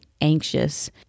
anxious